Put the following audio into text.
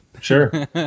Sure